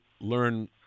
learn